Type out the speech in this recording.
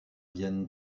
viennent